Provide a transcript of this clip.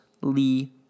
Lee